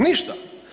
Ništa.